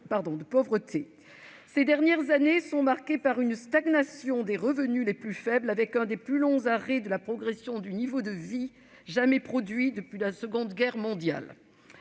Ces dernières années sont marquées par une stagnation des revenus les plus faibles, avec l'un des plus longs arrêts de la progression du niveau de vie jamais enregistrés depuis la Seconde Guerre mondiale.